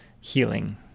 healing